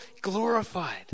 Glorified